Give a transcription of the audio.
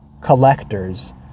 collectors